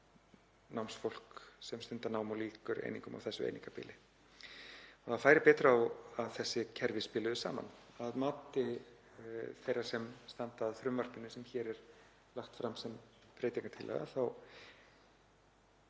námsfólk sem stundar nám og lýkur einingum á þessu einingabili. Það færi betur á að þessi kerfi spiluðu saman. Að mati þeirra sem standa að frumvarpinu sem hér er lagt fram sem breytingartillaga